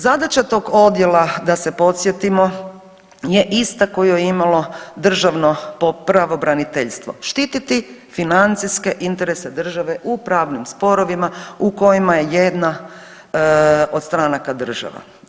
Zadaća tog odjela da se podsjetimo je ista koju je imalo državno pravobraniteljstvo, štititi financijske interese države u pravnim sporovima u kojima je jedna od stranaka država.